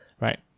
right